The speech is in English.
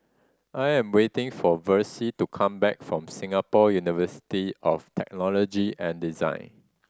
I am waiting for Versie to come back from Singapore University of Technology and Design